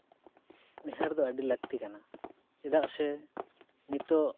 ᱩᱭᱦᱟᱹᱨ ᱫᱚ ᱟᱹᱰᱤ ᱞᱟᱹᱠᱛᱤ ᱠᱟᱱᱟ ᱪᱮᱫᱟᱜ ᱥᱮ ᱱᱤᱛᱳᱜ